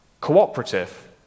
cooperative